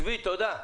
צבי, תודה.